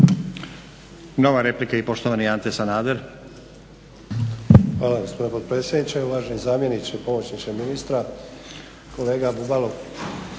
Nova replika i poštovani Ante Sanader. **Sanader, Ante (HDZ)** Hvala gospodine potpredsjedniče, uvaženi zamjeniče, pomoćniče ministra, kolega Bubalo.